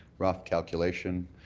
rough calculation,